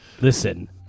Listen